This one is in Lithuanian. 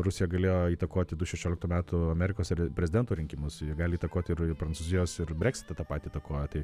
rusija galėjo įtakoti du šešioliktų metų amerikos prezidento rinkimus jie gali įtakoti ir prancūzijos ir breksitą tą patį įtakoja tai